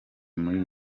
muri